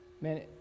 man